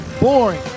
boring